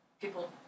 people